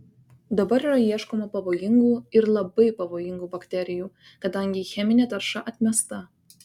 dabar yra ieškoma pavojingų ir labai pavojingų bakterijų kadangi cheminė tarša atmesta